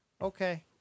Okay